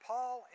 Paul